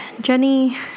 Jenny